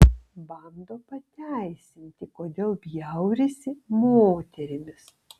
bando pateisinti kodėl bjaurisi moterimis